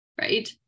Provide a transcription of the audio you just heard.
right